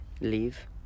leave